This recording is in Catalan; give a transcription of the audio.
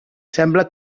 sembla